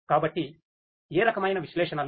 కాబట్టి ఏ రకమైన విశ్లేషణలు